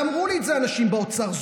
ואמרו לי את זה אנשים באוצר,